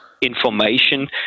information